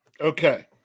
Okay